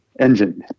engine